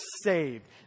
saved